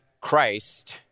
Christ